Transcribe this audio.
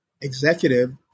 executive